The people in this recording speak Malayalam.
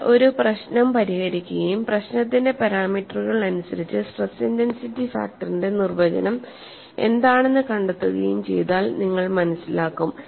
നിങ്ങൾ ഒരു പ്രശ്നം പരിഹരിക്കുകയും പ്രശ്നത്തിന്റെ പാരാമീറ്ററുകൾ അനുസരിച്ച് സ്ട്രെസ് ഇന്റൻസിറ്റി ഫാക്ടറിന്റെ നിർവചനം എന്താണെന്ന് കണ്ടെത്തുകയും ചെയ്താൽ നിങ്ങൾ മനസിലാക്കും